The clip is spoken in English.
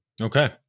Okay